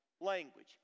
language